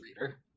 reader